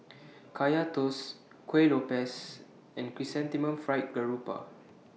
Kaya Toast Kuih Lopes and Chrysanthemum Fried Garoupa